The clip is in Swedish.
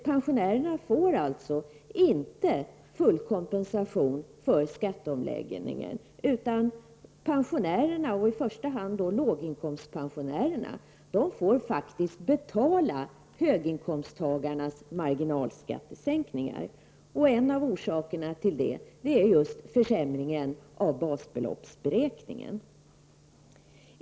Pensionärerna får alltså inte full kompensation för skatteomläggningen, utan pensionärerna — i första hand pensionärer som har låg inkomst — får faktiskt betala höginkomsttagarnas marginalskattesänkningar. En av orsakerna till detta är just försämringen när det gäller basbeloppsberäkningen.